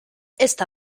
esta